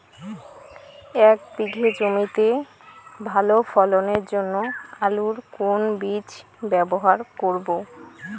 এক বিঘে জমিতে ভালো ফলনের জন্য আলুর কোন বীজ ব্যবহার করব?